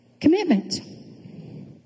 commitment